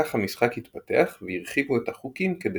כך המשחק התפתח והרחיבו את החוקים כדי